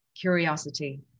curiosity